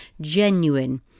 Genuine